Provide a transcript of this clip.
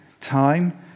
time